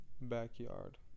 backyard